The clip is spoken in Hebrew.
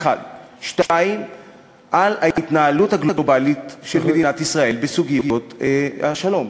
2. על ההתנהלות הגלובלית של מדינת ישראל בסוגיות השלום.